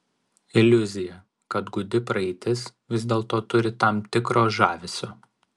iliuzija kad gūdi praeitis vis dėlto turi tam tikro žavesio